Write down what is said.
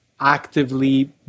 actively